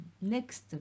next